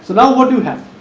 now, what you have?